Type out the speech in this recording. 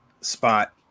spot